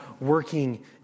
working